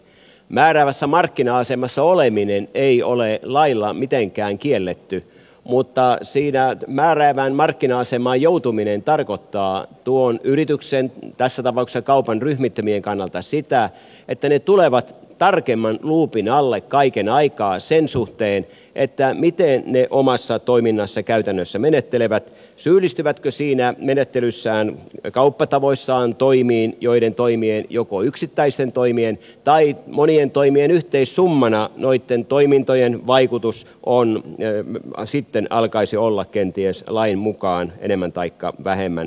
määräävässä markkina asemassa oleminen ei ole lailla mitenkään kielletty mutta siinä määräävään markkina asemaan joutuminen tarkoittaa tuon yrityksen tässä tapauksessa kaupan ryhmittymien kannalta sitä että ne tulevat tarkemman luupin alle kaiken aikaa sen suhteen miten ne omassa toiminnassaan käytännössä menettelevät syyllistyvätkö siinä menettelyssään kauppatavoissaan toimiin että joko yksittäisten toimien tai monien toimien yhteissummana noitten toimintojen vaikutus sitten alkaisi kenties olla lain mukaan enemmän taikka vähemmän kyseenalainen